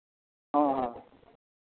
ᱦᱮᱸ ᱦᱮᱸ